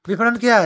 विपणन क्या है?